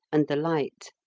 and the light.